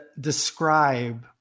describe